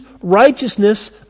righteousness